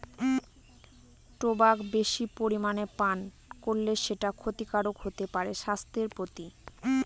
tobacco বেশি পরিমানে পান করলে সেটা ক্ষতিকারক হতে পারে স্বাস্থ্যের প্রতি